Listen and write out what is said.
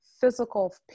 physical